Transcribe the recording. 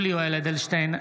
(קורא בשמות חברי הכנסת) יולי יואל אדלשטיין,